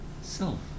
self